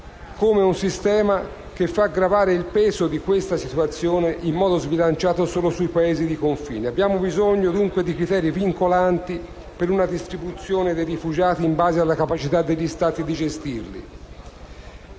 di un sistema che fa gravare il peso in modo sbilanciato solo sui Paesi di confine. Abbiamo bisogno, dunque, di criteri vincolanti per una distribuzione dei rifugiati in base alla capacità degli Stati di gestirli.